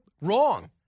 wrong